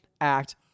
act